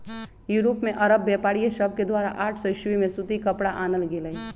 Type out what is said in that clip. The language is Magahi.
यूरोप में अरब व्यापारिय सभके द्वारा आठ सौ ईसवी में सूती कपरा आनल गेलइ